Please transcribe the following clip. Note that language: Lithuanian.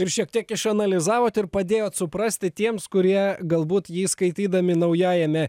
ir šiek tiek išanalizavot ir padėjo suprasti tiems kurie galbūt jį skaitydami naujajame